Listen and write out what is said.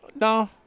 No